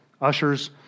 ushers